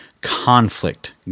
Conflict